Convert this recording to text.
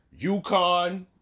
UConn